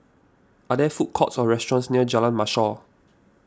are there food courts or restaurants near Jalan Mashor